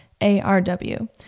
ARW